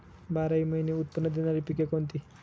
बाराही महिने उत्त्पन्न देणारी पिके कोणती?